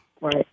Right